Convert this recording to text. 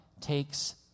takes